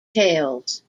tales